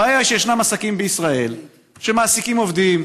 הבעיה היא שישנם עסקים בישראל שמעסיקים עובדים,